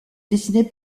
dessinée